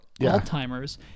Alzheimer's